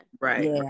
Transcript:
Right